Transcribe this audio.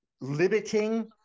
limiting